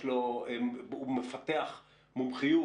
הוא מפתח מומחיות,